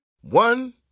One